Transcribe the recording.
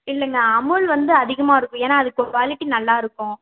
இல்லைங்க அமுல் வந்து அதிகமாக இருக்கும் ஏன்னா அது இப்போ குவாலிட்டி நல்லாயிருக்கும்